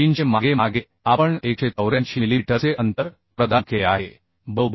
300 मागे मागे आपण 184 मिलीमीटरचे अंतर प्रदान केले आहे बरोबर